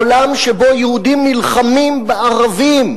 עולם שבו יהודים נלחמים בערבים,